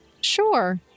Sure